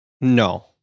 No